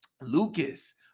Lucas